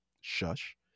Shush